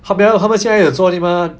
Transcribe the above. habhal 他们现在也有做对 mah